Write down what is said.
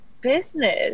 business